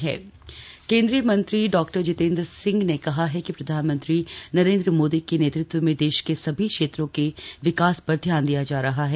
virtual rally डॉ जितेंद्र केंद्रीय मंत्री डा जीतेंद्र सिंह ने कहा है कि प्रधानमंत्री नरेंद्र मोदी की के नेतृत्व में देश के सभी क्षेत्रों के विकास पर ध्यान दिया जा रहा है